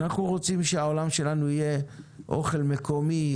אנחנו רוצים שהעולם שלנו יהיה אוכל מקומי,